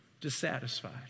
Dissatisfied